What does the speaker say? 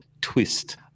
twist